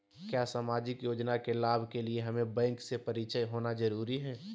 क्या सामाजिक योजना के लाभ के लिए हमें बैंक से परिचय होना जरूरी है?